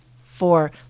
four